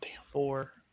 four